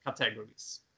categories